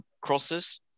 crosses